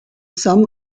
sum